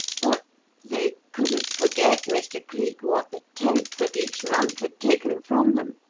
but they couldn't forget, mr. cleek, what the tenth of each month had taken from them,